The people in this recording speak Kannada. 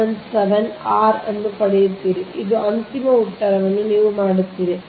177 r ಅನ್ನು ಪಡೆಯುತ್ತೀರಿ ಇದು ಅಂತಿಮ ಉತ್ತರವನ್ನು ನೀವು ಮಾಡುತ್ತೀರಿ